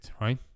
Right